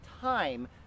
time